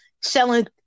selling